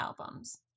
albums